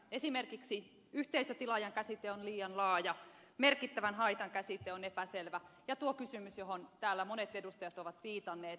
esimerkiksi yhteisötilaajan käsite on liian laaja merkittävän haitan käsite on epäselvä ja on tuo kysymys johon täällä monet edustajat ovat viitanneet